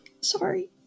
Sorry